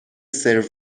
سرو